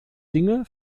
dinge